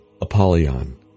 Apollyon